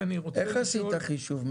אני רוצה לשאול --- איך עשית את החישוב?